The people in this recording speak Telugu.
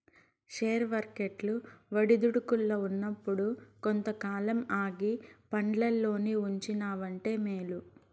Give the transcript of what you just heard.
షేర్ వర్కెట్లు ఒడిదుడుకుల్ల ఉన్నప్పుడు కొంతకాలం ఆగి పండ్లల్లోనే ఉంచినావంటే మేలు